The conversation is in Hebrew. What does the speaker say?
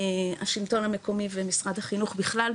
השלטון המקומי ומשרד החינוך בכלל,